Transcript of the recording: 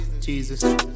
Jesus